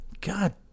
God